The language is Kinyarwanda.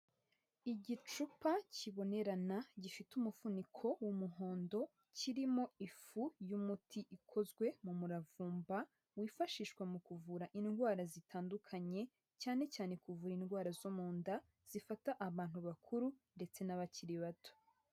Igicupa kibonerana gifite umufuniko w'umuhondo, kirimo, ifu y'umuti ikozwe mu muravumba wifashishwa mu kuvura indwara zitandukanye, cyane cyane kuvura indwara zo mu nda zifata abantu bakuru ndetse n'abakiri bato.